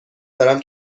دارم